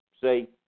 see